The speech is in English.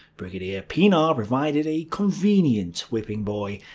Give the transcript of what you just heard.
brigadier pienaar provided a convenient whipping-boy,